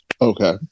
Okay